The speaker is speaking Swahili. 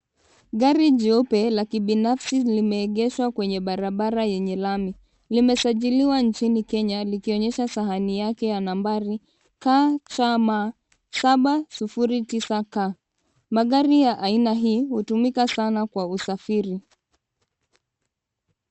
Gari jeupe la kibinafsi limeegeshwa kwenye barabara yenye lami. Limesajiriwa nchini Kenya likionesha sahani yake ya nambari KCM 709C. Magari ya aina hii hutumika sana kwa usafiri.